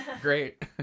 Great